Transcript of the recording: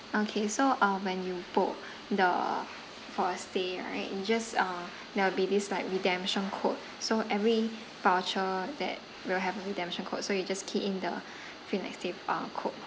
okay so uh when you book the for a stay right you just uh there will be this like redemption code so every voucher that will have a redemption code so you just key in the free night stay uh code